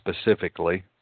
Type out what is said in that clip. specifically